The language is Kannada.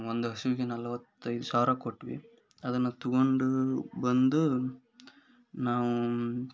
ಒಂದು ಹಸುವಿಗೆ ನಲವತ್ತೈದು ಸಾವಿರ ಕೊಟ್ವಿ ಅದನ್ನು ತಗೊಂಡು ಬಂದು ನಾವು